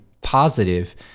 positive